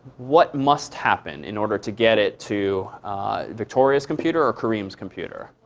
what must happen in order to get it to victoria's computer or kareem's computer?